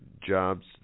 jobs